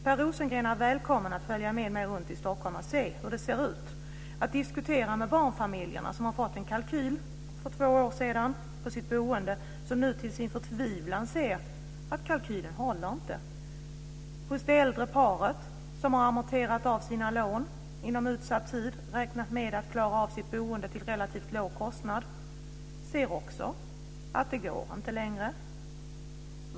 Per Rosengren är välkommen att följa med mig runt i Stockholm och se hur det ser ut, att diskutera med barnfamiljen som har fått en kalkyl på sitt boende för två år sedan och som nu till sin förtvivlan ser att kalkylen inte håller, med det äldre par som har amorterat av sina lån inom utsatt tid och räknat med att klara av sitt boende till relativt låg kostnad och som nu ser att det inte går längre.